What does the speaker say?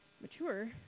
mature